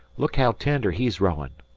look how tender he's rowin'.